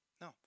no